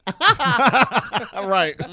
Right